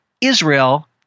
Israel